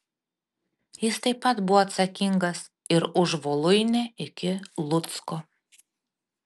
jis taip pat buvo atsakingas ir už voluinę iki lucko